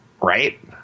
right